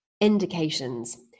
indications